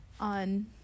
on